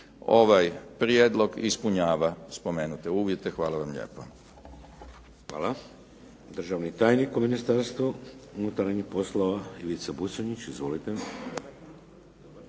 Ovaj prijedlog ispunjava spomenute uvjete. Hvala vam lijepo.